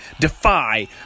Defy